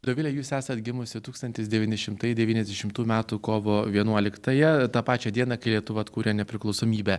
dovilė jūs esat gimusi tūkstantis devyni šimtai devyniasdešimtų metų kovo vienuoliktąją tą pačią dieną kai lietuva atkūrė nepriklausomybę